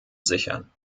sichern